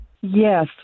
Yes